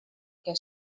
què